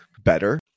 better